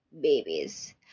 babies